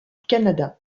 canada